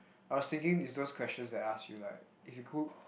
I was thinking is those questions that I ask you like if you cook